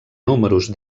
números